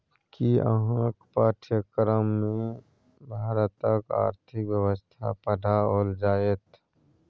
कि अहाँक पाठ्यक्रममे भारतक आर्थिक व्यवस्था पढ़ाओल जाएत?